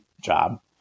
job